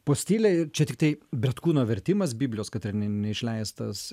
postilė i čia tiktai bretkūno vertimas biblijos kad ir ne neišleistas